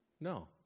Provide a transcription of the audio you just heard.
No